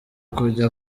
kujya